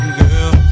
girl